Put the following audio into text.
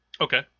Okay